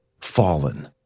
Fallen